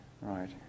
Right